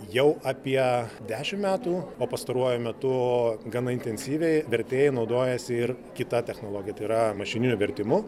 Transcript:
jau apie dešimt metų o pastaruoju metu gana intensyviai vertėjai naudojasi ir kita technologija tai yra mašininiu vertimu